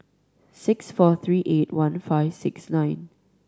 six four three eight one five six nine